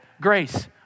grace